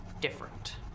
different